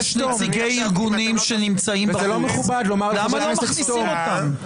זה לא מכובד לומר לחבר כנסת "סתום".